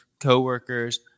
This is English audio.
coworkers